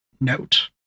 note